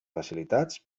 facilitats